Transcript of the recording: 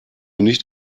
nicht